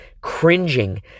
cringing